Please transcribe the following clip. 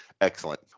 Excellent